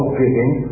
giving